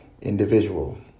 individual